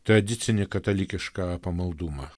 tradicinį katalikišką pamaldumą